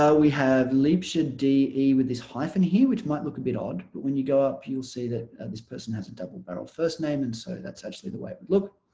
ah we have liebscher, d e. with this hyphen here which might look a bit odd but when you go up you'll see that this person has a double-barrel first-name and so that's actually the way look.